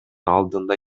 алдында